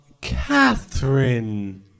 Catherine